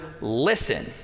listen